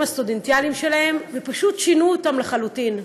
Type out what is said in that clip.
הסטודנטיאליים שלהם ופשוט שינו אותם לחלוטין.